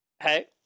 Hey